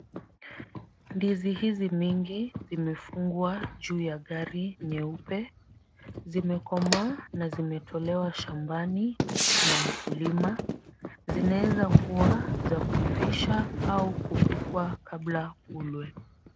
Ndizi hizi mingi zimefungwa juu ya gari nyeupe. Zimekomaa na zimetolewa shambani, kuna mkulima. Zinaweza kuwa za kuivisha au kupikwa kabla ulwe.